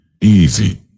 Easy